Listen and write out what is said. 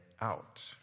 out